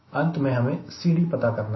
अंत में हमें CD पता करना है